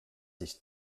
ich